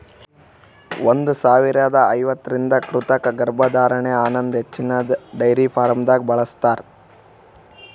ಒಂದ್ ಸಾವಿರದಾ ಐವತ್ತರಿಂದ ಕೃತಕ ಗರ್ಭಧಾರಣೆ ಅನದ್ ಹಚ್ಚಿನ್ದ ಡೈರಿ ಫಾರ್ಮ್ದಾಗ್ ಬಳ್ಸತಾರ್